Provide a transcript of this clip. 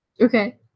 Okay